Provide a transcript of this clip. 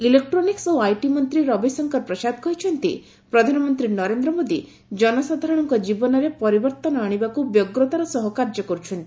electronics ଓ IT ମନ୍ତ୍ରୀ ରବିଶଙ୍କର ପ୍ରସାଦ କହିଚ୍ଚନ୍ତି ପ୍ରଧାନମନ୍ତ୍ରୀ ନରେନ୍ଦ୍ର ମୋଦୀ ଜନସାଧାରଣଙ୍କ ଜୀବନରେ ପରିବର୍ତ୍ତନ ଆଣିବାକୁ ବ୍ୟଗ୍ରତାର ସହ କାର୍ଯ୍ୟ କରୁଛନ୍ତି